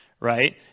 Right